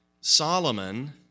Solomon